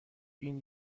این